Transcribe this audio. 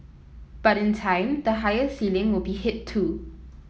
but in time the higher ceiling will be hit too